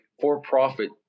for-profit